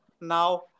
now